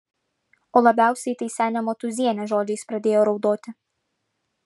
o labiausiai tai senė motūzienė žodžiais pradėjo raudoti